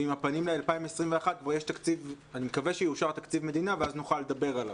עם הפנים ל-2021 אני מקווה שיאושר תקציב המדינה ואז נוכל לדבר עליו,